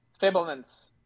Fablements